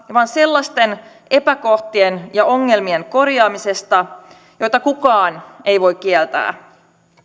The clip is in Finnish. vaan sellaisten epäkohtien ja ongelmien korjaamisesta joita kukaan ei voi kieltää